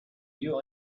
you